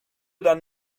dann